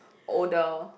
older